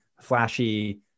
flashy